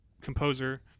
composer